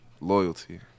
Loyalty